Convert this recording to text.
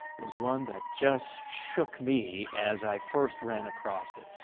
was one that just shook me as i first ran across it.